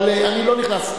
אבל אני לא נכנס.